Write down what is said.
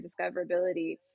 discoverability